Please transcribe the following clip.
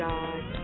God